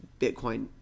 Bitcoin